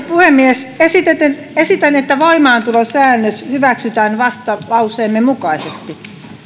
puhemies esitän että voimaantulosäännös hyväksytään vastalauseemme mukaisesti